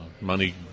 money